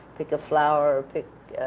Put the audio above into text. pick a flower or pick,